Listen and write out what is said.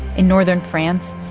in northern france,